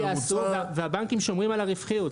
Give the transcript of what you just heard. אם יעשו והבנקים שומרים על הרווחיות,